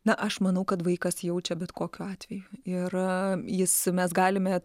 na aš manau kad vaikas jaučia bet kokiu atveju ir jis mes galime